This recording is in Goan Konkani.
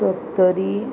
सत्तरी